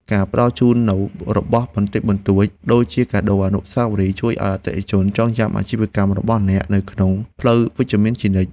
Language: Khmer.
ការផ្ដល់ជូននូវរបស់បន្តិចបន្តួចជាកាដូអនុស្សាវរីយ៍ជួយឱ្យអតិថិជនចងចាំអាជីវកម្មរបស់អ្នកក្នុងផ្លូវវិជ្ជមានជានិច្ច។